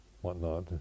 whatnot